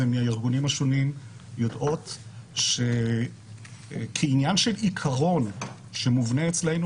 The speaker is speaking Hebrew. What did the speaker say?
מהארגונים השונים יודעות שכעניין של עיקרון שמובנה אצלנו,